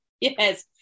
Yes